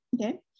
Okay